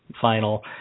final